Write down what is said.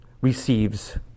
receives